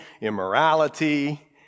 immorality